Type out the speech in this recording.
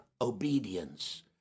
obedience